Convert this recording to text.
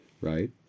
right